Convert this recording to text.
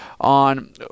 on